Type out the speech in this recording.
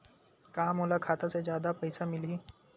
का मोला खाता से जादा पईसा मिलही?